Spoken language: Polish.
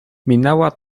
minęła